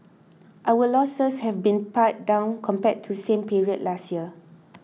our losses have been pared down compared to same period last year